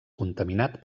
contaminat